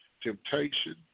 temptation